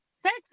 sex